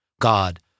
God